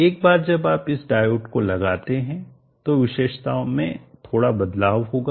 एक बार जब आप इस डायोड को लगाते हैं तो विशेषता में थोड़ा बदलाव होगा